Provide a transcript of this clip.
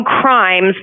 crimes